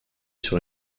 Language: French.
sur